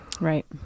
Right